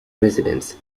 residents